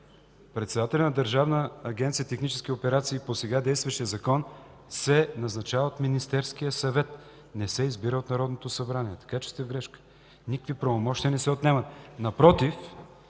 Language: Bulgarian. Председателят на Държавна агенция „Технически операции” по сега действащия Закон се назначава от Министерския съвет, не се избира от Народното събрание. Така че сте в грешка. Никакви правомощия не се отнемат.